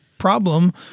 problem